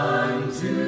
unto